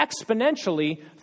exponentially